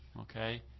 Okay